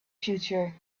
future